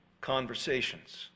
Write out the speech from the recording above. conversations